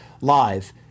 live